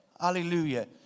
Hallelujah